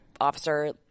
officer